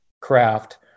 craft